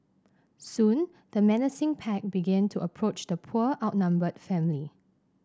soon the menacing pack began to approach the poor outnumbered family